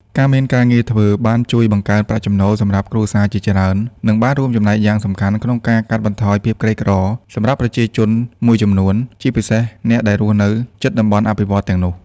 ការមានការងារធ្វើបានជួយបង្កើនប្រាក់ចំណូលសម្រាប់គ្រួសារជាច្រើន និងបានរួមចំណែកយ៉ាងសំខាន់ក្នុងការកាត់បន្ថយភាពក្រីក្រសម្រាប់ប្រជាជនមួយចំនួន ជាពិសេសអ្នកដែលរស់នៅជិតតំបន់អភិវឌ្ឍន៍ទាំងនោះ។